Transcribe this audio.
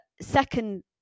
Second